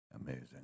Amazing